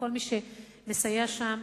לכל מי שמסייע שם,